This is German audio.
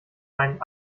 einen